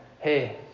hey